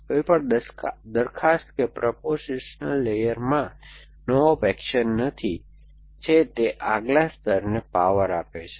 કોઈપણ દરખાસ્ત કે પ્રપોઝિશન લેયર માં નો ઑપ ઍક્શન નથી છે તે આગલા સ્તરને પાવર આપે છે